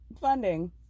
funding